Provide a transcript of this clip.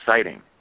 exciting